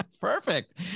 Perfect